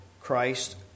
Christ